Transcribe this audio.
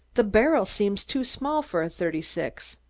the barrel seems too small for a thirty six.